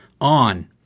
On